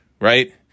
right